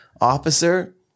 officer